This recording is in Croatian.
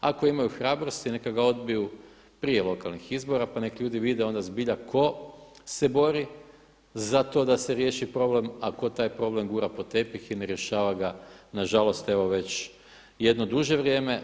Ako imaju hrabrosti neka ga odbiju prije lokalnih izbora pa neka ljudi vide onda zbilja tko se bori za to da se riješi problem a tko taj problem gura pod tepih i ne rješava ga nažalost evo već jedno duže vrijeme.